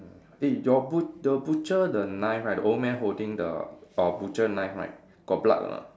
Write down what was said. eh your but~ the butcher the knife right the old man holding the a butcher knife right got blood or not